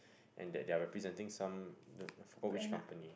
and that they are representing some the forgot which company